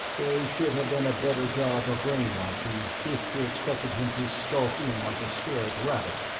they should have done a better job of brainwashing, if they expected him to skulk in like a scared rabbit!